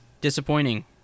Disappointing